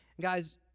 guys